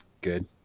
good